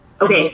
Okay